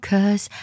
Cause